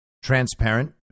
Transparent